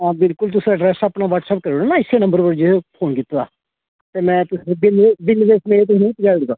हां बिलकुल तुस अपना अड्रैस व्हाट्सएप्प करी ओड़ो ना इस्सै नंबर उप्पर जेह्दे पर फोन कीते दा ते में तुसेंगी बिल समेत तुसेंगी पजाई ओड़गा